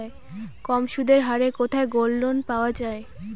কম সুদের হারে কোথায় গোল্ডলোন পাওয়া য়ায়?